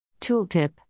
tooltip